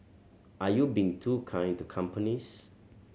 are you being too kind to companies